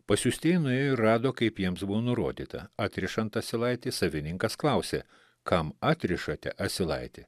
pasiųstieji nuėjo ir rado kaip jiems buvo nurodyta atrišant asilaitį savininkas klausė kam atrišate asilaitį